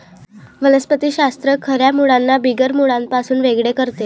वनस्पति शास्त्र खऱ्या मुळांना बिगर मुळांपासून वेगळे करते